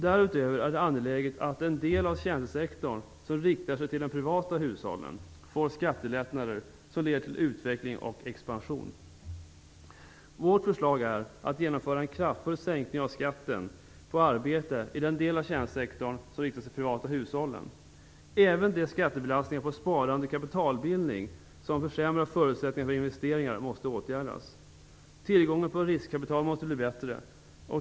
Därutöver är det angeläget att den del av tjänstesektorn som riktar sig till de privata hushållen får skattelättnader som leder till utveckling och expansion. Vårt förslag är att man skall genomföra en kraftfull sänkning av skatten på arbete i den del av tjänstesektorn som riktar sig till de privata hushållen. Även de skattebelastningar på sparande och kapitalbildning som försämrar förutsättningarna för investeringar måste åtgärdas. Tillgången på riskkapital måste bli bättre.